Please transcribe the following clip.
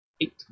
Eight